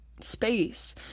space